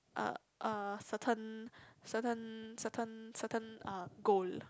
uh uh certain certain certain certain uh goal